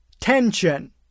tension